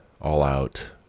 all-out